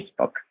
Facebook